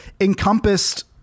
encompassed